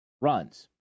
runs